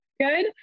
Good